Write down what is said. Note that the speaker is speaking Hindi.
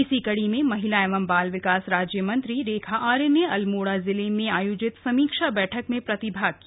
इसी कड़ी में महिला एवं बाल विकास राज्य मंत्री रेखा आर्या ने अल्मोड़ा जिले में आयोजित समीक्षा बैठक में प्रतिभाग किया